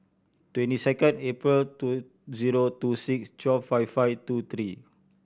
twenty second April two zero two six twelve five five two three